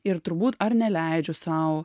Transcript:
ir turbūt ar neleidžiu sau